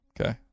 Okay